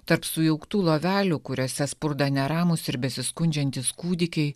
tarp sujauktų lovelių kuriose spurda neramūs ir besiskundžiantys kūdikiai